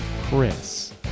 Chris